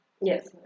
Yes